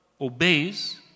obeys